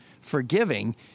forgiving